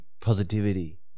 Positivity